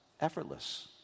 Effortless